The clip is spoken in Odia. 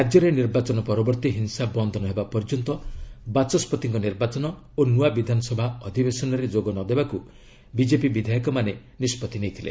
ରାଜ୍ୟରେ ନିର୍ବାଚନ ପରବର୍ତ୍ତୀ ହିଂସା ବନ୍ଦ ନ ହେବା ପର୍ଯ୍ୟନ୍ତ ବାଚସ୍କତିଙ୍କ ନିର୍ବାଚନ ଓ ନୂଆ ବିଧାନସଭା ଅଧିବେଶନରେ ଯୋଗ ନ ଦେବାକୁ ବିଜେପି ବିଧାୟକମାନେ ନିଷ୍ପତ୍ତି ନେଇଥିଲେ